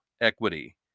equity